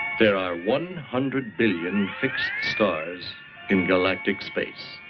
there are one hundred billion fixed stars in galactic space.